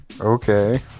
okay